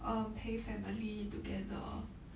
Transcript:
um 陪 family together lor